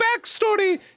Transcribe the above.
backstory